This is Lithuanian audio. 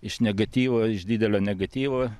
iš negatyvo iš didelio negatyvo